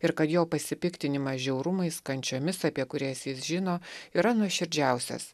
ir kad jo pasipiktinimas žiaurumais kančiomis apie kurias jis žino yra nuoširdžiausias